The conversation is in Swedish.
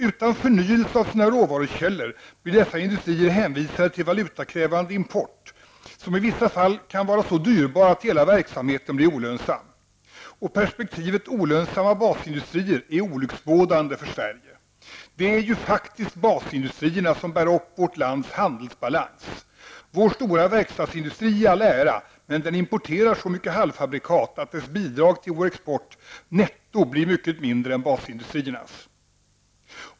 Utan förnyelse av sina råvarokällor blir dessa industrier hänvisade till valutakrävande import, som i vissa fall kan vara så dyrbar att hela verksamheten blir olönsam. Perspektivet ''olönsamma basindustrier'' är olycksbådande för Sverige. Det är ju faktiskt basindustrierna som bär upp vårts lands handelsbalans. Vår stora verkstadsindustri i all ära, men den importerar så mycket halvfabrikat att dess bidrag till vår export netto blir mycket mindre än basindustriernas.